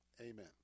Amen